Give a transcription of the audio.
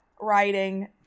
writing